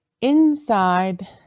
inside